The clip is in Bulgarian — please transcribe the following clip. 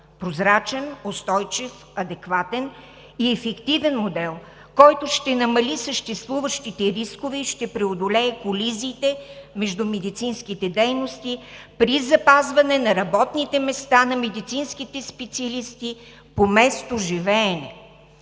прозрачен, устойчив, адекватен и ефективен модел, който ще намали съществуващите рискове и ще преодолее колизиите между медицинските дейности при запазване на работните места на медицинските специалисти по местоживеене.